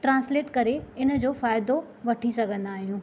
translate करे इन जो फ़ाइदो वठी सघंदा आहियूं